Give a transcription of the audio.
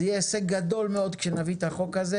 זה יהיה הישג גדול מאוד כשנביא את החוק הזה